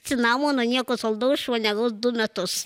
cinamono nieko saldaus šuo negaus du metus